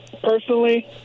Personally